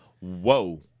Whoa